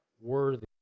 worthy